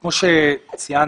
כמו שציינה